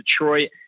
Detroit